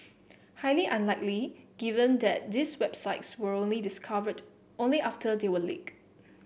highly unlikely given that these websites were only discovered only after they were leaked